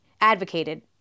advocated